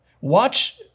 watch